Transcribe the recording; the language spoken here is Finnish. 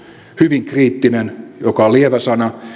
hyvin kriittinen joka on lievä sana